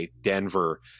Denver